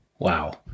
Wow